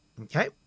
Okay